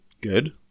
Good